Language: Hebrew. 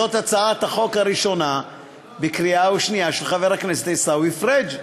זאת הצעת החוק הראשונה בקריאה שנייה של חבר הכנסת עיסאווי פריג',